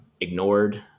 ignored